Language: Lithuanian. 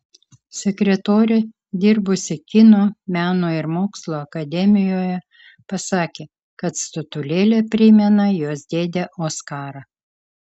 sekretorė dirbusi kino meno ir mokslo akademijoje pasakė kad statulėlė primena jos dėdę oskarą